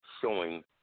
showing